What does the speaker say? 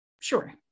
Sure